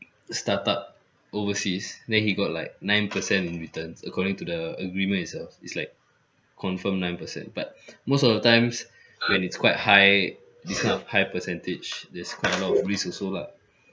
start-up overseas then he got like nine percent in returns according to the agreement itself is like confirm nine percent but most of the times when it's quite high this kind of high percentage there's quite a lot of risk also lah